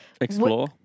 explore